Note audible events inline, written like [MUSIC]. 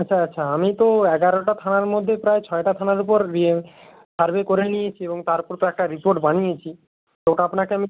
আচ্ছা আচ্ছা আমি তো এগারোটা থানার মধ্যে প্রায় ছয়টা থানার ওপর [UNINTELLIGIBLE] সার্ভে করে নিয়েছি এবং তার ওপর তো একটা রিপোর্ট বানিয়েছি তো ওটা আপনাকে আমি